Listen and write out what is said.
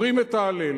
אומרים את ההלל,